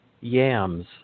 yams